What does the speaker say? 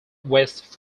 west